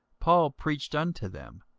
paul preached unto them,